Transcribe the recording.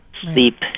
sleep